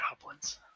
goblins